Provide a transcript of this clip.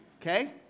okay